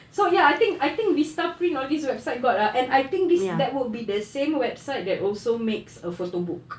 so ya I think I think vista print all this website got ah and I think this that would be the same website that also makes a photo book